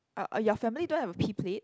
uh your family don't have a P plate